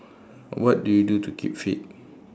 what do you do to keep fit